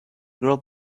girl